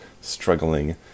struggling